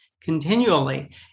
continually